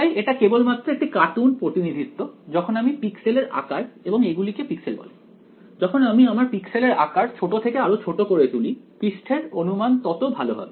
তাই এটা কেবলমাত্র একটি কার্টুন প্রতিনিধিত্ব যখন আমি পিক্সেলের আকার এখন এগুলিকে পিক্সেল বলে যখন আমি আমার পিক্সেলের আকার ছোট থেকে আরো ছোট করে তুলি পৃষ্ঠের অনুমান ততো ভালো হবে